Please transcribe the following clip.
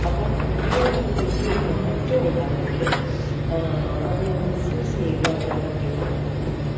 അപ്പം കുട്ടികളിലത് വലിയൊരു മാറ്റം ഉണ്ടാകുന്നുണ്ട് അത് മിസ്യൂസ് ചെയ്യുന്ന കുറെ കുട്ടികളും ഉണ്ട്